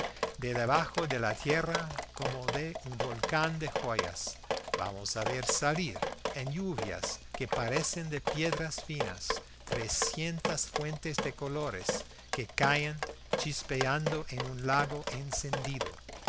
de debajo de la tierra como de un volcán de joyas vamos a ver salir en lluvias que parecen de piedras finas trescientas fuentes de colores que caen chispeando en un lago encendido